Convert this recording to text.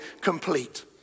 complete